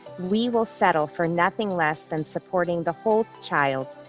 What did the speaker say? we will settle for nothing less than supporting the whole child,